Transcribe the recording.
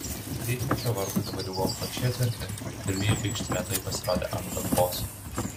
rytmečio vartai dabar jau buvo plačiai atverti ir pirmieji vaikštinėtojai pasirodė ant dambos